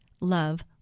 love